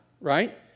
Right